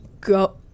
go